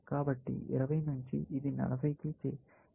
కాబట్టి 20 నుంచి ఇది 40 కి చేరుకుంది